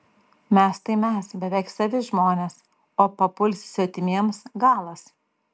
mes tai mes beveik savi žmonės o papulsi svetimiems galas